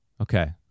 Okay